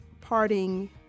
parting